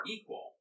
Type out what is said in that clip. equal